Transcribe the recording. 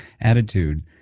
attitude